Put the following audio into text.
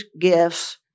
gifts